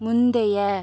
முந்தைய